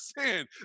sin